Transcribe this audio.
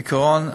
בעיקרון,